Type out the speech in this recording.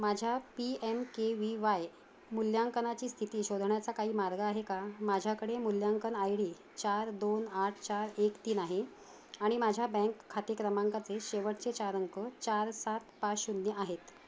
माझ्या P M K V Y मूल्यांकनाची स्थिती शोधण्याचा काही मार्ग आहे का माझ्याकडे मुल्यांकन आय डी चार दोन आठ चार एक तीन आहे आणि माझ्या बँक खाते क्रमांकचे शेवटचे चार अंक चार सात पाच शून्य आहेत